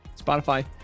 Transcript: Spotify